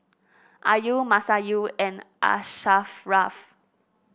Ayu Masayu and Asharaff